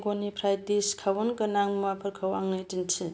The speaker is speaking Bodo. बिंगनिफ्राय डिसकाउन्ट गोनां मुवाफोरखौ आंनो दिन्थि